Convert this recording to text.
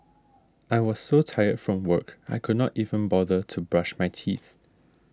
I was so tired from work I could not even bother to brush my teeth